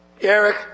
Eric